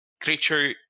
creature